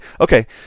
Okay